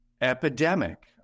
epidemic